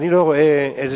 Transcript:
אני לא רואה איזה